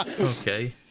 Okay